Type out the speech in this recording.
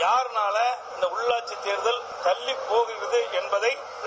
யாருனால இந்த உள்ளாட்சித் தேர்தல் தள்ளிப்போகிறது என்பதை திரு